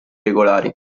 regolari